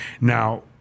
Now